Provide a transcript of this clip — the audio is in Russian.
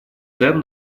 цен